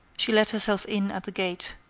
she let herself in at the gate,